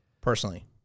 personally